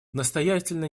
настоятельно